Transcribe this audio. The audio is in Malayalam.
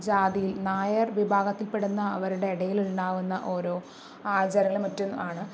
ജാതിയിൽ നായർ വിഭാഗത്തിൽ പെടുന്ന അവരുടെ ഇടയിൽ ഉണ്ടാവുന്ന ഓരോ ആചാരങ്ങളും മറ്റും ആണ്